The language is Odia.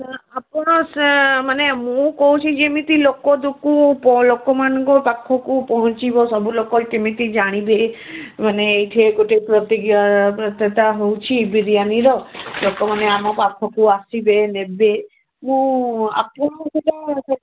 ନା ଆପଣ ସେ ମାନେ ମୁଁ କହୁଛିି ଯେମିତି ଲୋକ ଦୁକୁ ଲୋକମାନଙ୍କୁ ପାଖକୁ ପହଞ୍ଚିବ ସବୁ ଲୋକ କେମିତି ଜାଣିବେ ମାନେ ଏଇଠି ଗୋଟେ ପ୍ରତିଜ୍ଞା ପ୍ରତିଯୋଗିତା ହଉଛି ବିରିୟାନିର ଲୋକମାନେ ଆମ ପାଖକୁ ଆସିବେ ନେବେ ମୁଁ ଆପଣଙ୍କର